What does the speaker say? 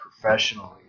professionally